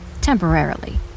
temporarily